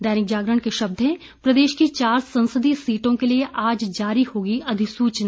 दैनिक जागरण के शब्द हैं प्रदेश की चार संसदीय सीटों के लिये आज जारी होगी अधिसूचना